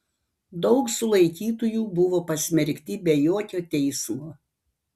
daug sulaikytųjų buvo pasmerkti be jokio teismo